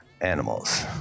animals